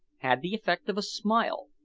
had the effect of a smile,